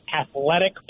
athletic